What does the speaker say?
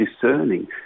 discerning